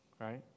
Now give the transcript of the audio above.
right